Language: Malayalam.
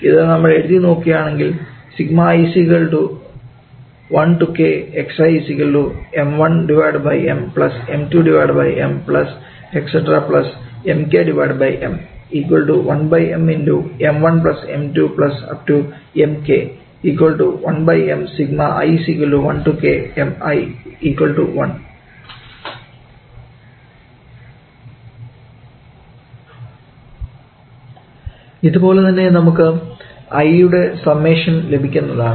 ഇത് നമ്മൾ എഴുതി നോക്കുകയാണെങ്കിൽ ഇതുപോലെ തന്നെ നമുക്ക് i യുടെ സമ്മേഷൻ ലഭിക്കുന്നതാണ്